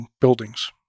buildings